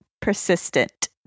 persistent